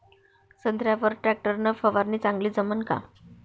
संत्र्यावर वर टॅक्टर न फवारनी चांगली जमन का?